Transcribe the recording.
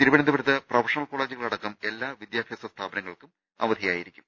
തിരുവനന്തപുരത്ത് പ്രൊഫഷണൽ കോളജുകൾ അടക്കം എല്ലാ വിദ്യാഭ്യാസ സ്ഥാപനങ്ങൾക്കും അവധിയായിരിക്കും